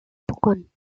begonnen